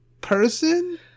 person